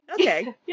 okay